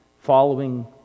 following